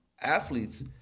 athletes